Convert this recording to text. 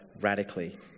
radically